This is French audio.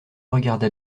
regarda